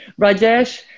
Rajesh